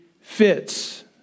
fits